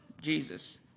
Jesus